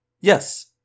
Yes